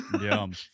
yum